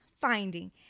finding